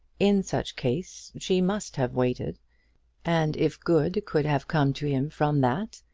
in such case she must have waited and if good could have come to him from that,